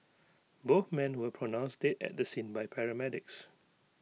both men were pronounced dead at the scene by paramedics